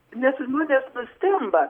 nes žmonės nustemba